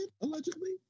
allegedly